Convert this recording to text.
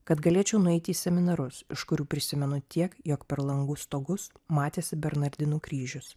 kad galėčiau nueiti į seminarus iš kurių prisimenu tiek jog per langų stogus matėsi bernardinų kryžius